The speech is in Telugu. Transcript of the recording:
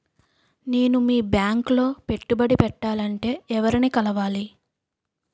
నేను మీ బ్యాంక్ లో పెట్టుబడి పెట్టాలంటే ఎవరిని కలవాలి?